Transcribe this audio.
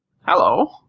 Hello